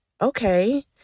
okay